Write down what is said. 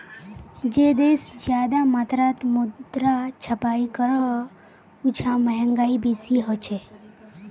जे देश ज्यादा मात्रात मुद्रा छपाई करोह उछां महगाई बेसी होछे